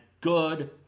good